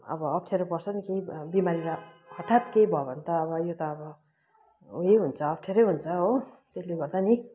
अब अफ्ठ्यारो पर्छ नि केही भयो बिमारीलाई हठात् केही भयो भने त अब यो त अब उयै हुन्छ अफ्ठ्यारै हुन्छ हो त्यसलेगर्दा नि